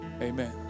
Amen